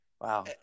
wow